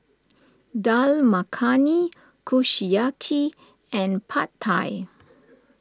Dal Makhani Kushiyaki and Pad Thai